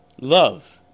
Love